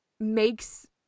makes